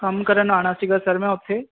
ਕੰਮ ਕਰਨ ਆਉਣਾ ਸੀਗਾ ਸਰ ਮੈਂ ਉੱਥੇ